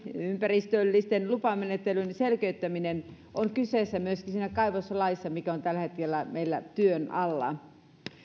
ympäristöllisten lupamenettelyjen selkeyttäminen on kyseessä myöskin siinä kaivoslaissa mikä on tällä hetkellä meillä työn alla